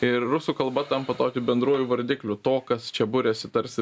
ir rusų kalba tampa tokiu bendruoju vardikliu to kas čia buriasi tarsi